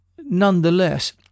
nonetheless